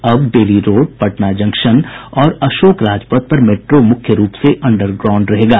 अब Bailey road Patna junction और अशोक राजपथ पर मेट्रो मुख्य रूप से अंडर ग्राउंड रहेगा